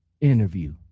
interview